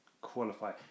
qualify